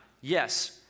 Yes